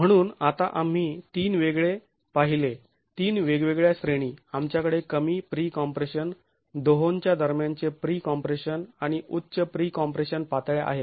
म्हणून आता आम्ही तीन वेगळे पाहिले तीन वेगवेगळ्या श्रेणी आमच्याकडे कमी प्री कॉम्प्रेशन दोहोंच्या दरम्यानचे प्री कॉम्प्रेशन आणि उच्च प्री कॉम्प्रेशन पातळ्या आहेत